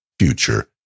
Future